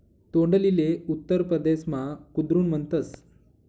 तोंडलीले उत्तर परदेसमा कुद्रुन म्हणतस